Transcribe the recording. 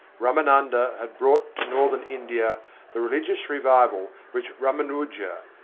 ramananda had brought to northern india the religious revival which ramanuja,